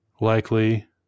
likely